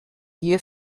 wir